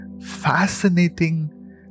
fascinating